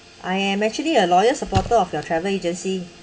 I am actually a loyal supporter of your travel agency